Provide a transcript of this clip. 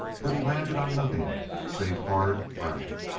but he landed on nothing save hard gravel.